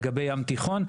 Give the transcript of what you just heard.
לגבי ים תיכון.